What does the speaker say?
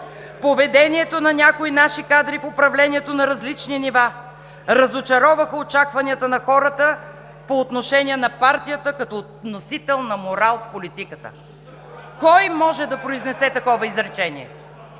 „поведението на някои наши кадри в управлението на различни нива разочароваха очакванията на хората по отношение на партията като носител на морал в политиката“. (Шум и реплики.) Кой може да произнесе такова изречение?